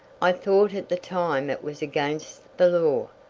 i thought at the time it was against the law.